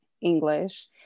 English